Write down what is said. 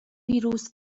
ویروس